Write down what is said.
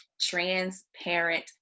transparent